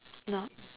no